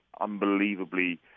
unbelievably